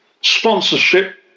sponsorship